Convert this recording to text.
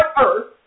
earth